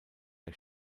der